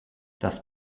das